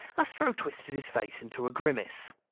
astro twisted his face into a grimace.